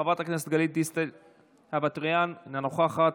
חברת הכנסת גלית דיסטל אטבריאן, אינה נוכחת,